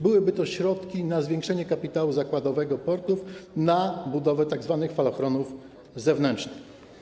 Byłyby to środki na zwiększenie kapitału zakładowego portów, na budowę tzw. falochronów zewnętrznych.